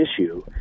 issue